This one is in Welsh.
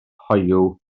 hoyw